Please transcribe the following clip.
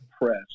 press